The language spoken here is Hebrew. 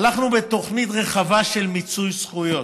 הלכנו בתוכנית רחבה של מיצוי זכויות.